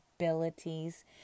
abilities